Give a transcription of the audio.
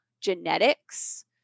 genetics